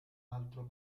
altro